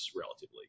relatively